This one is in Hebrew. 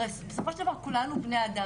הרי בסופו של דבר כולנו בני אדם,